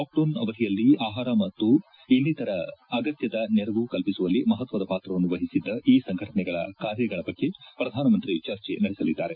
lockdown ಅವಧಿಯಲ್ಲಿ ಆಪಾರ ಹಾಗೂ ಇನ್ನಿತರ ಅಗತ್ಯದ ನೆರವು ಕಲ್ಪಿಸುವಲ್ಲಿ ಮಹತ್ವದ ಪಾತ್ರವನ್ನು ವಹಿಸಿದ್ದ ಈ ಸಂಘಟನೆಗಳ ಕಾರ್ಯಗಳ ಬಗ್ಗೆ ಪ್ರಧಾನಮಂತ್ರಿ ಚರ್ಚೆ ನಡೆಸಲಿದ್ದಾರೆ